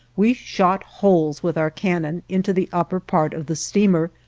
we shot holes with our cannon into the upper part of the steamer,